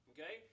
Okay